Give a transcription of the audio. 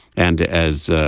and as ah